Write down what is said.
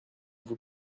vous